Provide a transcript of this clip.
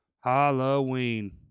Halloween